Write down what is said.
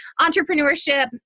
entrepreneurship